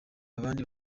abandi